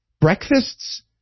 breakfasts